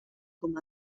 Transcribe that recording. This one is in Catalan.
com